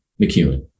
McEwen